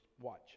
Watch